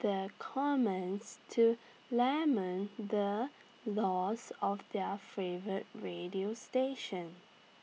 the comments to lament the loss of their favourite radio station